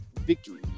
victory